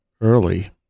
early